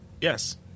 Yes